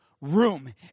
room